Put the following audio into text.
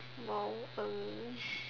!wow! um